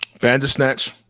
Bandersnatch